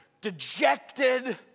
dejected